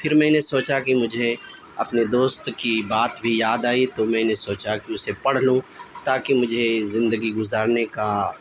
پھر میں نے سوچا کہ مجھے اپنے دوست کی بات بھی یاد آئی تو میں نے سوچا کہ اسے پڑھ لوں تاکہ مجھے زندگی گزارنے کا